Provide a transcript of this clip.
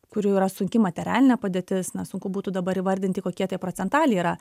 kurių yra sunki materialinė padėtis na sunku būtų dabar įvardinti kokie tie procentaliai yra